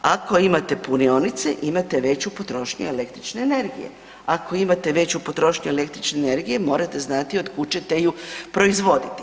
Ako imate punionice, imate veću potrošnju električne energije, ako imate veću potrošnju električne energije morate znati od kud ćete ju proizvoditi.